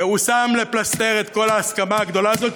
הוא שם לפלסתר את כל ההסכמה הגדולה הזאת,